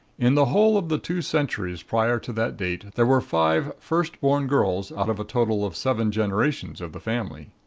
in the whole of the two centuries prior to that date there were five first-born girls out of a total of seven generations of the family.